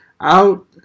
out